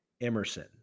Emerson